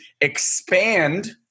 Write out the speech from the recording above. expand